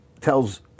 tells